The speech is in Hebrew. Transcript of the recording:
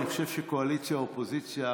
אני חושב שקואליציה אופוזיציה,